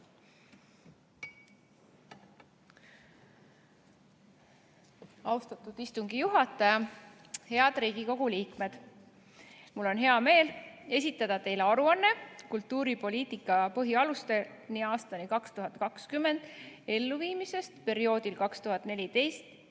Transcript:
Austatud istungi juhataja! Head Riigikogu liikmed! Mul on hea meel esitada teile aruanne kultuuripoliitika põhialuste elluviimisest perioodil 2014–2020.